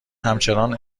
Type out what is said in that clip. همچنان